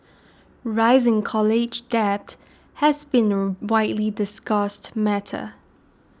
rising college debt has been a widely discussed matter